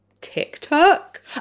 tiktok